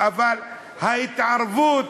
אבל ההתערבות,